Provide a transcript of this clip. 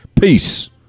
Peace